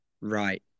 Right